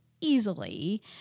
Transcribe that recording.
easily